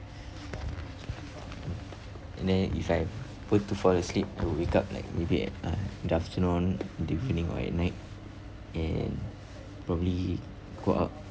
and then if I were to fall asleep to wake up like maybe at uh in the afternoon in the evening or at night and probably go out